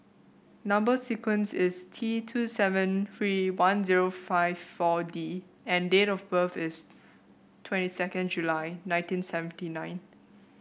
number sequence is T two seven three one zero five four D and date of birth is twenty second July nineteen seventy nine